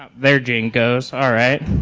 there jing goes. all right,